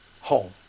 home